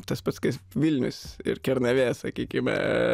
tas pats kaip vilnius ir kernavė sakykime